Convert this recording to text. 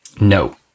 No